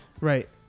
Right